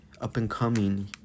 up-and-coming